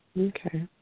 Okay